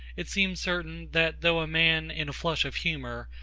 it seems certain, that though a man, in a flush of humour,